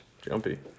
Jumpy